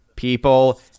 people